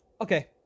Okay